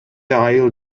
айыл